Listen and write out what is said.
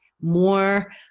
more